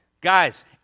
Guys